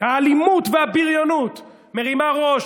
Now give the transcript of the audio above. האלימות והבריונות מרימה ראש